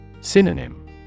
Synonym